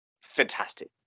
fantastic